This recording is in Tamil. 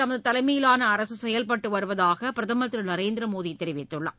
தமது தலைமையிலான அரசு செயல்பட்டு வருவதாக பிரதமர் திரு நரேந்திரமோடி தெரிவித்துள்ளார்